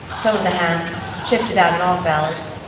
some of the hands chipped it out in off-hours.